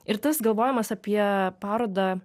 ir tas galvojimas apie parodą